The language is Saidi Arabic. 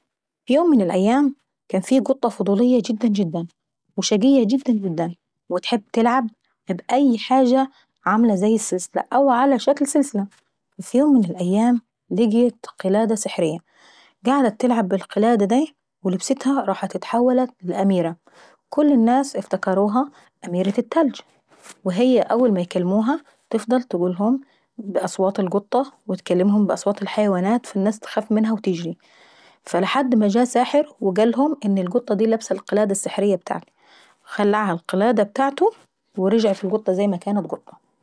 في يوم من الأيام كان في قطة فضولية جدا جدا وتحب تلعب باي حاجة عاملة زي السلسلة أو عاملة زي السلسلة. وفي يوم من الأيام لقيت قلادة سحرية قعدت تلعب بالقلادة داي، ولبستها واتحولت الى اميرة، وكل الناس افتكروها ااميرة التلج. واول ما يلموها تفضل تقولهم باصواط القطة وتكلمهم باصوط الحيوانات فالناس بتخاف منها وتجري. فلحد ما جه ساحر وقالهم ان القطة دي لابسة القلادة السحرية بتاعته. فخلعها القلادة بتاعته ورجعت القطة زي ما كانت قطة.